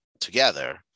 together